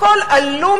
הכול עלום,